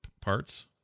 parts